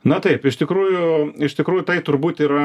na taip iš tikrųjų tai turbūt yra gera naujiena man